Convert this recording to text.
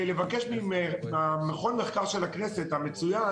לבקש ממכון המחקר של הכנסת המצוין,